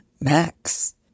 Max